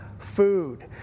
Food